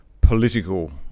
political